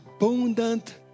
Abundant